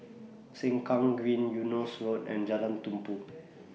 Sengkang Green Eunos Road and Jalan Tumpu